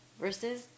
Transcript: versus